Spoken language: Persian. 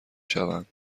شوند